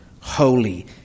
holy